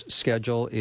schedule